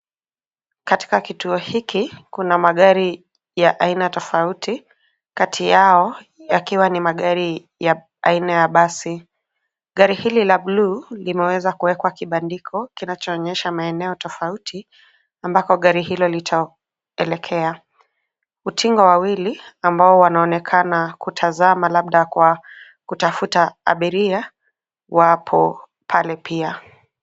Katika kituo hiki, kuna magari ya aina tofauti, kati yao yakiwa ni magari ya aina ya basi . Gari hili la buluu limeweza kuwekwa kibandiko kinachoonesha maeneo tofauti ambako gari hilo litaelekea. Utingo wawili ambao wanaonekana kutazama labda kwa kutafuta abiria wapo pale pia.